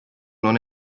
non